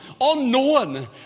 unknown